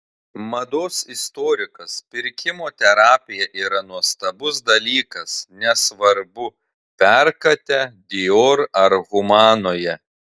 mados istorikas pirkimo terapija yra nuostabus dalykas nesvarbu perkate dior ar humanoje